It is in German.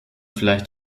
vielleicht